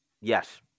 Yes